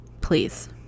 please